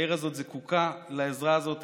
העיר הזאת זקוקה לעזרה הזאת.